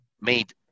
made –